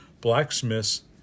blacksmiths